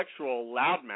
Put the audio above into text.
loudmouth